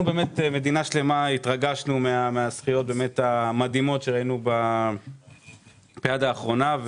מדינה שלמה התרגשנו מהזכיות המדהימות שראינו באולימפיאדה האחרונה,